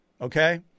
okay